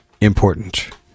important